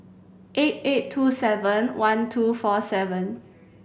eight eight two seven one two four seven